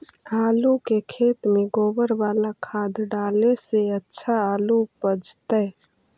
आलु के खेत में गोबर बाला खाद डाले से अच्छा आलु उपजतै?